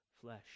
flesh